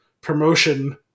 promotion